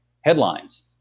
headlines